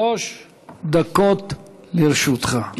שלוש דקות לרשותך.